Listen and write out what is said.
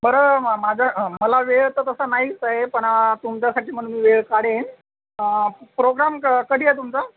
बरं मग माझं मला वेळ तर तसा नाहीच आहे पण तुमच्यासाठी म्हणून मी वेळ काढेन प्रोग्राम कं कधी आहे तुमचा